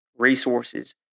resources